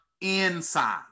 inside